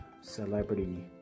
celebrity